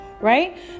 right